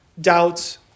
doubts